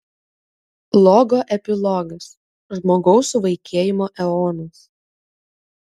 logo epilogas žmogaus suvaikėjimo eonas